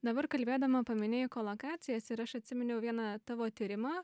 dabar kalbėdama paminėjai kolokacijas ir aš atsiminiau vieną tavo tyrimą